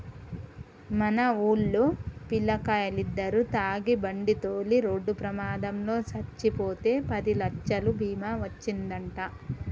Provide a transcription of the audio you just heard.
మన వూల్లో పిల్లకాయలిద్దరు తాగి బండితోలి రోడ్డు ప్రమాదంలో సచ్చిపోతే పదిలచ్చలు బీమా ఒచ్చిందంట